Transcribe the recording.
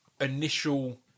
initial